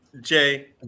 Jay